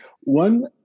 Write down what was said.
One